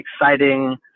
exciting